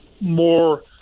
more